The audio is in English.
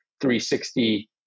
360